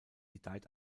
gedeiht